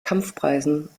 kampfpreisen